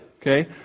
Okay